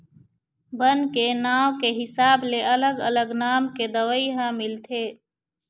बन के नांव के हिसाब ले अलग अलग नाम के दवई ह मिलथे